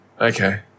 Okay